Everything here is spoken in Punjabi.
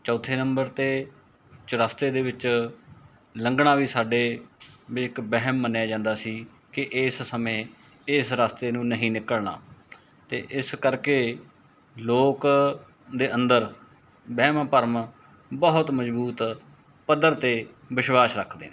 ਚੌਥੇ ਨੰਬਰ 'ਤੇ ਚੁਰਸਤੇ ਦੇ ਵਿੱਚ ਲੰਘਣਾ ਵੀ ਸਾਡੇ ਵੀ ਇੱਕ ਵਹਿਮ ਮੰਨਿਆ ਜਾਂਦਾ ਸੀ ਕਿ ਇਸ ਸਮੇਂ ਇਸ ਰਸਤੇ ਨੂੰ ਨਹੀਂ ਨਿਕਲਣਾ ਅਤੇ ਇਸ ਕਰਕੇ ਲੋਕ ਦੇ ਅੰਦਰ ਵਹਿਮ ਭਰਮ ਬਹੁਤ ਮਜ਼ਬੂਤ ਪੱਧਰ 'ਤੇ ਵਿਸ਼ਵਾਸ ਰੱਖਦੇ